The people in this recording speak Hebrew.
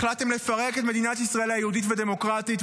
החלטתם לפרק את מדינת ישראל היהודית והדמוקרטית,